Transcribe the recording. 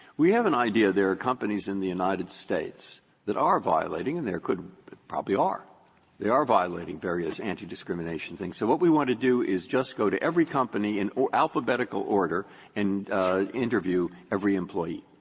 we have an idea there are companies in the united states that are violating and there could probably are they are violating various antidiscrimination things. so what we want to do is just go to every company and in alphabetical order and interview every employee.